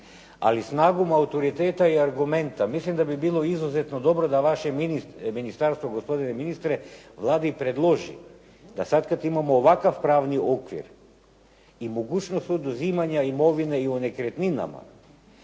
ali snagom autoriteta i argumenta mislim da bi bilo izuzetno dobro da vaše ministarstvo gospodine ministre Vladi predloži da sad kad imamo ovakav pravni okvir i mogućnost oduzimanja imovine i u nekretninama